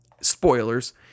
Spoilers